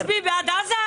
את תצביעי בעד עזה?